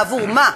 בעבור מה?